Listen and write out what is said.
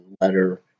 letter